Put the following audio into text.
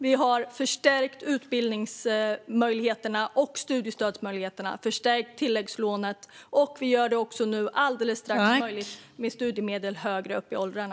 Vi har förstärkt utbildningsmöjligheterna och studiestödsmöjligheterna. Vi har även förstärkt tilläggslånet. Dessutom möjliggör vi snart för studiemedel högre upp i åldrarna.